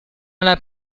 alla